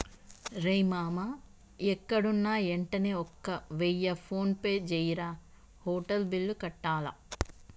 రేయ్ మామా ఎక్కడున్నా యెంటనే ఒక వెయ్య ఫోన్పే జెయ్యిరా, హోటల్ బిల్లు కట్టాల